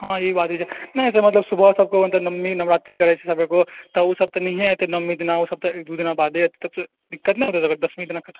हाँ ई बारी जौं नहि तऽ मतलब सुबह सब कोइ अन्दर नवमी नवरात्री करै छै तऽ ओ सब तऽ नहिये एतै नवमी दिना ओ सब तऽ दू दिना बादे एतै फिर दिक्कत नहि हेतै दशमी दिना फिर